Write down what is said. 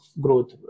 growth